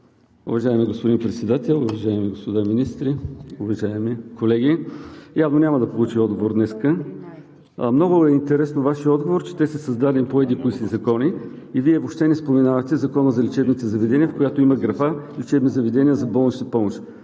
Уважаеми господин Председател, уважаеми господа министри, уважаеми колеги! Явно е, че няма да получа отговор днес. Много е интересно във Вашия отговор, че те са създадени по еди-кои са закони и въобще не споменавате Закона за лечебните заведения, в който има графа „Лечебни заведения за болнична помощ“.